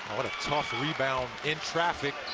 what a tough rebound in traffic.